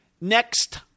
Next